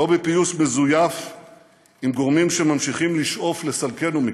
לא בפיוס מזויף עם גורמים שממשיכים לשאוף לסלקנו מכאן.